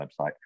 website